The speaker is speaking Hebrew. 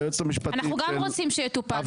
-- אני מודה ליועצת המשפטית -- אנחנו גם רוצים שיטופל,